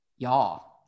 y'all